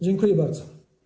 Dziękuję bardzo.